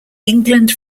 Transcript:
england